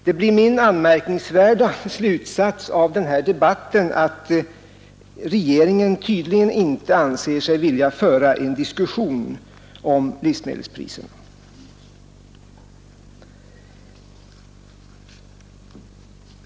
Jag måste dra den anmärkningsvärda slutsatsen av den här debatten att regeringen tydligen inte vill föra en konstruktiv diskussion om livsmedelspriserna.